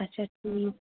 اچھا ٹھیٖک